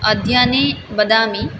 मध्याह्णे वदामि